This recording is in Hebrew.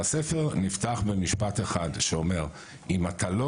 הספר נפתח במשפט אחד שאומר: "אם אתה לא